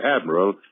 Admiral